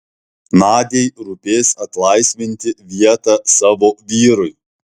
nadiai rūpės atlaisvinti vietą savo vyrui